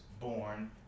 born